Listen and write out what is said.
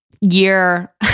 year